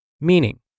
meaning